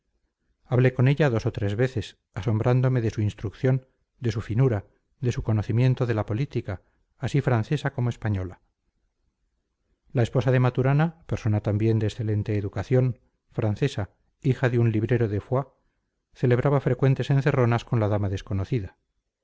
hablé con ella dos o tres veces asombrándome de su instrucción de su finura de su conocimiento de la política así francesa como española la esposa de maturana persona también de excelente educación francesa hija de un librero de foix celebraba frecuentes encerronas con la dama desconocida